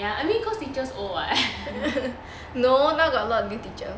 ya I mean cause teachers old [what]